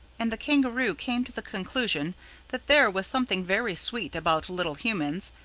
and the kangaroo came to the conclusion that there was something very sweet about little humans,